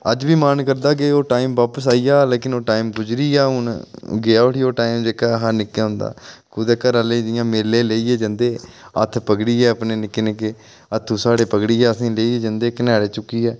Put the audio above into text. अज्ज बी मन करदा के ओह् टाइम बापस आई जा लेकिन ओह् टाइम गुजरी गेआ हून गेआ हुठी टाइम ओह् जेह्का निक्कै हुंदा कुतै घरा आह्ले मेले लेइयै जंदे हे हत्थ पक्कडियै अपने निक्के निक्के हत्थू साढ़े पक्कडियै असें गी लेइयै जंदे हे कनाडै चुक्कियै